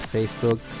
Facebook